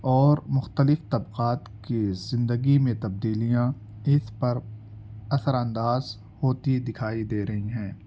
اور مختلف طبقات کے زندگی میں تبدیلیاں اس پر اثر انداز ہوتی دکھائی دے رہی ہیں